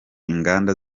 inganda